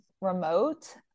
remote